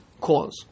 cause